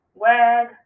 wag